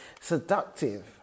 seductive